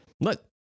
Look